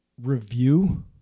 review